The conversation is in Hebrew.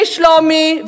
שלומי,